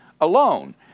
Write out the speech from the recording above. alone